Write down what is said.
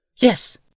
Yes